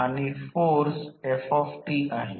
समतुल्य सर्किट समजा हे R1 आणि X1 आहे